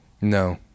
No